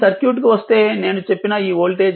ఈ సర్క్యూట్కు వస్తే నేను చెప్పిన ఈ వోల్టేజ్ v